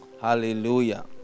Hallelujah